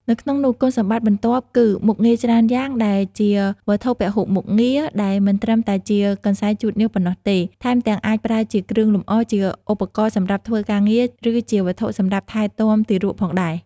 នៅក្នុងនោះគុណសម្បត្តិបន្ទាប់គឺ មុខងារច្រើនយ៉ាងដែលជាវត្ថុពហុមុខងារដែលមិនត្រឹមតែជាកន្សែងជូតញើសប៉ុណ្ណោះទេ ថែមទាំងអាចប្រើជាគ្រឿងលម្អ ជាឧបករណ៍សម្រាប់ធ្វើការងារ ឬជាវត្ថុសម្រាប់ថែទាំទារកផងដែរ។